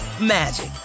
magic